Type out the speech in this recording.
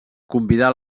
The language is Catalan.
convidar